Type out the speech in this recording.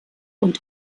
und